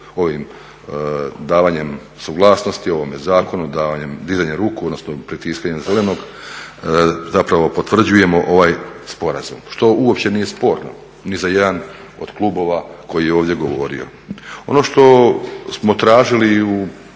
ovim davanjem suglasnosti ovome zakonu, dizanjem ruku odnosno pritiskanjem zelenog zapravo potvrđujemo ovaj Sporazum što uopće nije sporno ni za jedan od klubova koji je ovdje govorio. Ono što smo tražili u,